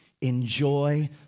enjoy